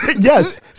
Yes